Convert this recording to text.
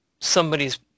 somebody's